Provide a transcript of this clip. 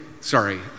Sorry